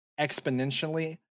exponentially